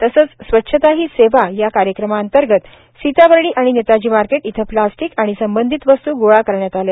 तसंच स्वच्छताही सेवा या कार्यक्रमांतर्गत सीताबर्डी आणि नेताजी मार्केट इथं प्लास्टीक आणि संबंधित वस्तू गोळा करण्यात आलं